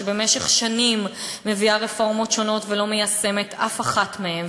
שבמשך שנים מביאה רפורמות שונות ולא מיישמת אף אחת מהן,